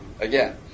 Again